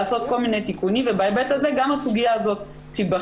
לעשות כל מיני תיקונים ובהיבט הזה גם הסוגיה הזאת תיבחן.